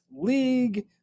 League